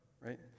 right